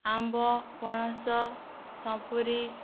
ଆମ୍ବ ପଣସ ସପୁରି